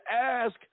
ask